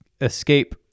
escape